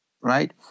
right